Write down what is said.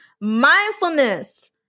Mindfulness